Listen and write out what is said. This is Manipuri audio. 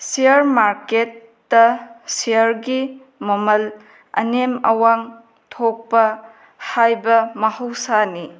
ꯁꯤꯌꯥꯔ ꯃꯥꯔꯀꯦꯠꯇ ꯁꯤꯌꯥꯔꯒꯤ ꯃꯃꯜ ꯑꯅꯦꯝ ꯑꯋꯥꯡ ꯊꯣꯛꯄ ꯍꯥꯏꯕ ꯃꯍꯧꯁꯥꯅꯤ